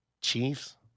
Chiefs